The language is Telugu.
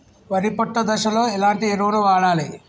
వరి పొట్ట దశలో ఎలాంటి ఎరువును వాడాలి?